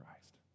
Christ